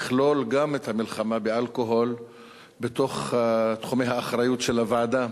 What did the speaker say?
לכלול גם את המלחמה באלכוהול בתוך תחומי האחריות של הוועדה.